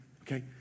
okay